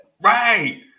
right